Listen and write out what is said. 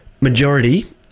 Majority